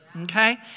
okay